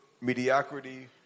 mediocrity